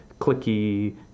clicky